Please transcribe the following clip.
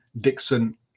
Dixon